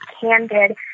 candid